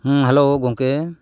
ᱦᱮᱸ ᱦᱮᱞᱳ ᱜᱚᱢᱠᱮ